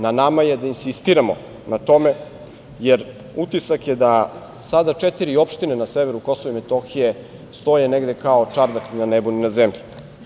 Na nama je da insistiramo na tome, jer utisak je da sada četiri opštine na severu Kosova i Metohije stoje negde kao čardak ni na nebu, ni na zemlji.